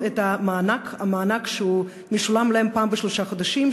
את המענק שמשולם להם פעם בשלושה חודשים,